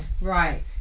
Right